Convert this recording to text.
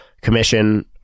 commission